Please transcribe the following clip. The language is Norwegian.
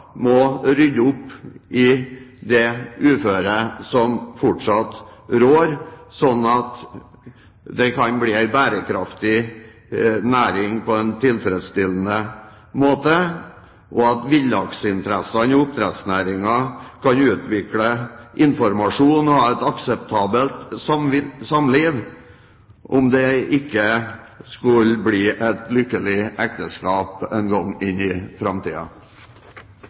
må rydde opp i det uføret som fortsatt rår, slik at det kan bli en bærekraftig næring som driver på en tilfredsstillende måte, og at villaksinteressene og oppdrettsnæringen kan utveksle informasjon og ha et akseptabelt samliv – om det ikke skulle bli et lykkelig ekteskap en gang inn i